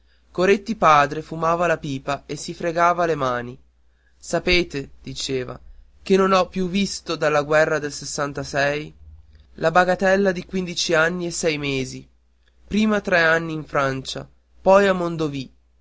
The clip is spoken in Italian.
coretti padre fumava la pipa e si fregava le mani sapete diceva che non l'ho più visto dalla guerra del sessantasei la bagatella di quindici anni e sei mesi prima tre anni in francia poi a mondovì